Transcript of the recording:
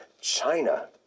China